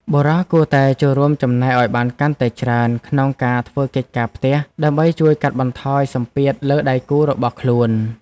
បុរសគួរតែចូលរួមចំណែកឱ្យបានកាន់តែច្រើនក្នុងការធ្វើកិច្ចការផ្ទះ ដើម្បីជួយកាត់បន្ថយសម្ពាធលើដៃគូរបស់ខ្លួន។